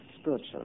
spiritual